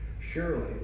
Surely